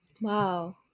wow